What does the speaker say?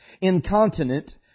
incontinent